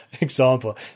example